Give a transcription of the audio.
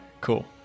Cool